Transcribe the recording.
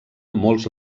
molts